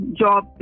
job